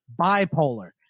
bipolar